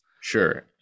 Sure